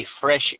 fresh